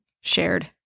shared